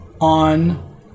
on